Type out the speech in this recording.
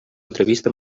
entrevista